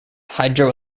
hydro